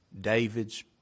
David's